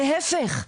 להפך.